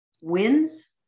wins